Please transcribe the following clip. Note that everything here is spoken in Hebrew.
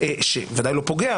הוא ודאי לא פוגע,